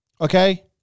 okay